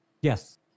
Yes